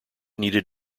needed